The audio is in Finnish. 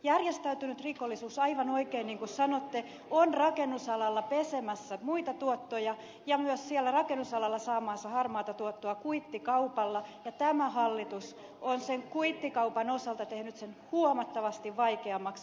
järjestäytynyt rikollisuus aivan oikein niin kuin sanoitte on rakennusalalla pesemässä muita tuottoja ja myös siellä rakennusalalla saamaansa harmaata tuottoa kuittikaupalla ja tämä hallitus on sen kuittikaupan osalta tehnyt sen huomattavasti vaikeammaksi